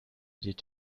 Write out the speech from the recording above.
did